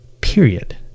Period